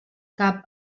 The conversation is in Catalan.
cap